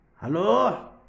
hello